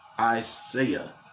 Isaiah